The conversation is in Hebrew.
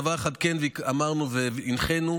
דבר אחד אמרנו והנחינו: